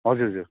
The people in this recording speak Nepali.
हजुर हजुर